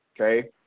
okay